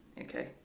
Okay